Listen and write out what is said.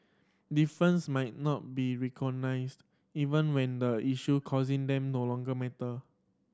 difference might not be even when the issue causing them no longer matter